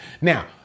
Now